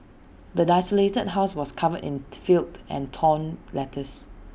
the desolated house was covered in filth and torn letters